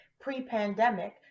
pre-pandemic